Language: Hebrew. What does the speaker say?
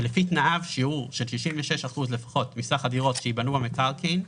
שלפיו תנאיו שיעור של 66 אחוזים לפחות מסך הדירות שייבנו במקרקעין,